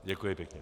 Děkuji pěkně.